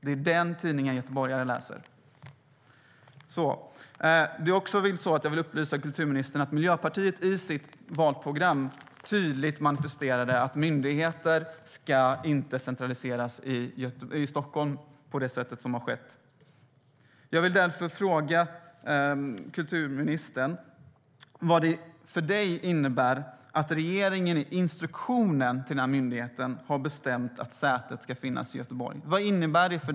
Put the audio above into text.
Det är den tidningen göteborgare läser. Jag vill därför fråga dig, kulturministern, vad det för dig innebär att regeringen i instruktionen till myndigheten har bestämt att sätet ska finnas i Göteborg.